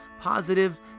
positive